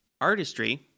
Artistry